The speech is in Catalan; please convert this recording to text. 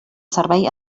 servei